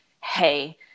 hey